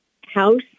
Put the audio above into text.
house